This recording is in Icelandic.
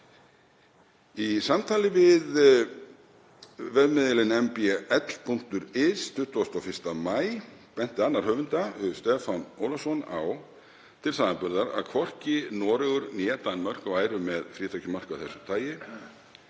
Í samtali við vefmiðilinn mbl.is þann 21. maí benti annar höfunda, Stefán Ólafsson, á til samanburðar að hvorki Noregur né Danmörk væru með frítekjumarki af þessu tagi